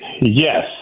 Yes